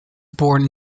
born